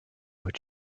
would